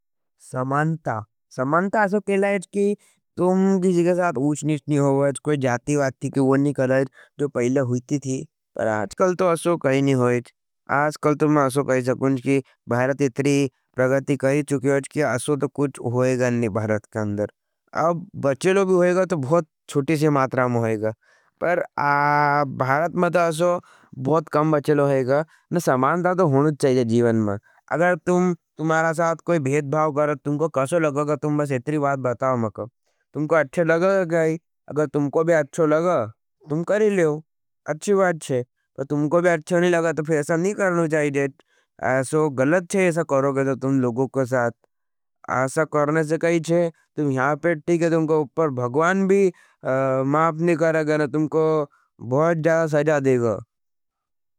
समान्ता, समान्ता असो केला हज कि तुम किसी के साथ उच निच नी होगा। हजच, कोई जाती वाती की वो नी करा हजच, जो पहले हुईती थी। पर आजकल तो असो कही नी होईच। आजकल तो मैं असो कही सकूँज। कि भारत यतरी प्रगती करी चुकियाच कि असो तो कु भारत के अंदर, बच्चेलो भी होईगा तो बहुत चुटी सी मात्राम होईगा। पर भारत में तो असो बहुत कम बच्चेलो होईगा। समान्ता तो होनुझ चाहिए। जीवन में, अगर तुम, तुम्हारा साथ कोई भेदभाव कर रहे हो। तुमको कशो लगगा, तुम बस एतरी बात बताओ मकर, तुमको अच्छे लगगा क्या हज। अगर तुमको भी अच्छो लगगा, तुम कर नहीं करना चाहिए। अच्छो गलत चाहिए, तुम लोगों के साथ अच्छा करना चाहिए। तुम यहां पर ठीक हज। तुमको उपर भगवान भी माफ नहीं कर रहे हज। तुमको बहुत ज़्यादा सजा देगा।